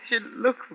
look